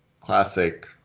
classic